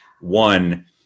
One